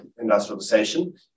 industrialization